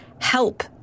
help